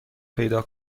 پیدا